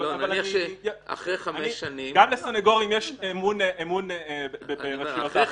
אבל גם לסנגורים יש אמון ברשויות האכיפה.